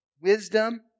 Wisdom